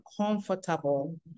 comfortable